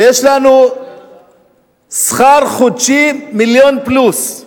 ויש לנו שכר חודשי מיליון פלוס.